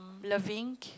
loving